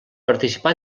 participà